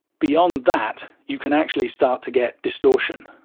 beyond that, you can actually start to get distortion,